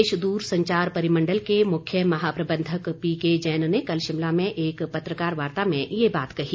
प्रदेश द्रसंचार परिमंडल के मुख्य महाप्रबंधक पीके जैन ने कल शिमला में एक पत्रकार वार्ता में ये बात कही